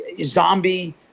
zombie